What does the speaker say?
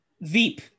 Veep